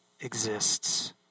exists